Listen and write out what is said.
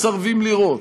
מסרבים לראות.